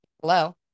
hello